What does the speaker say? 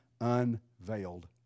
unveiled